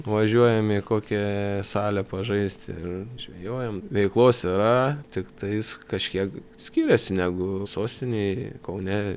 nuvažiuojam į kokią salę pažaist ir žvejojam veiklos yra tiktais kažkiek skiriasi negu sostinėj kaune